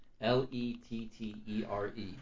L-E-T-T-E-R-E